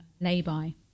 lay-by